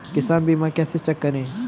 किसान बीमा कैसे चेक करें?